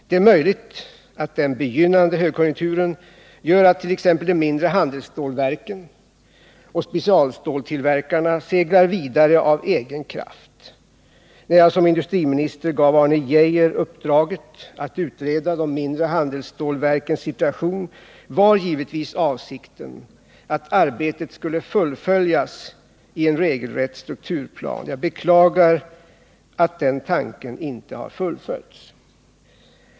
Det är möjligt att den begynnande högkonjunkturen gör att t.ex. de mindre handelsstålverken och specialståltillverkarna seglar vidare av egen kraft. När jag som industriminister gav Arne Geijer uppdraget att utreda de mindre handelsstålverkens situation var avsikten givetvis den att arbetet skulle fullföljas med en regelrätt strukturplan. Jag beklagar att den tanken inte har fullföljts.